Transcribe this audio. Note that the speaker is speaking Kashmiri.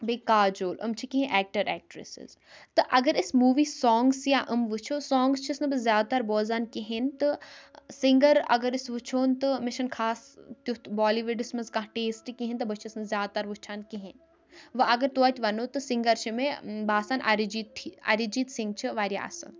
بیٚیہِ کاجول یِم چھِ کینٛہہ ایکٹَر اٮ۪کٹرٛٮ۪سِز تہٕ اگر أسۍ موٗوِی سانٛگٕس یا یِم وٕچھو سونٛگٕس چھَس نہٕ بہٕ زیادٕ تَر بوزان کِہیٖنۍ تہٕ سِنٛگَر اگر أسۍ وٕچھون تہٕ مےٚ چھَنہٕ خاص تیُتھ بالی وُڈَس منٛز کانٛہہ ٹیسٹ کِہیٖنۍ تہٕ بہٕ چھَس نہٕ زیادٕ تَر وٕچھان کِہیٖنۍ وۄنی اگر تویتہِ وَنو تہٕ سِنٛگَر چھِ مےٚ باسان أرِجیٖت ٹھی أرِجیٖت سِنٛگ چھِ واریاہ اَصٕل